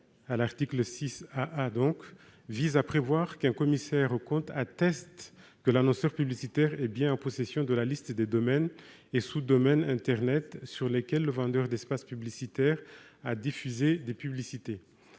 l'article 6 AA vise à prévoir qu'un commissaire aux comptes atteste que l'annonceur publicitaire est bien en possession de la liste des domaines et sous-domaines internet sur lesquels le vendeur d'espaces publicitaires a diffusé des publicités.